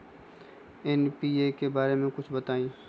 NPK बारे म कुछ बताई?